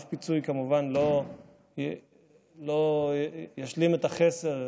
אף פיצוי כמובן לא ישלים את החסר,